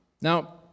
Now